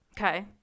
Okay